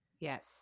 Yes